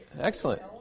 Excellent